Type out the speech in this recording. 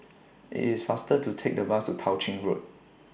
IT IS faster to Take The Bus to Tao Ching Road